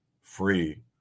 free